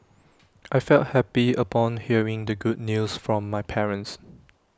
I felt happy upon hearing the good news from my parents